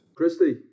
Christy